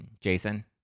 Jason